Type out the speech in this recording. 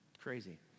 Crazy